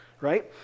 right